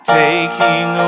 taking